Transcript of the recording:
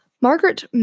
Margaret